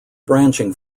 branching